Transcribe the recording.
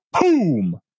boom